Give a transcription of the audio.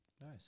Nice